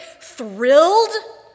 thrilled